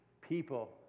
people